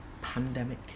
pandemic